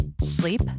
sleep